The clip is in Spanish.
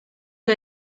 que